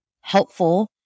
helpful